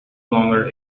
longer